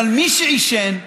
אבל מי שעישן,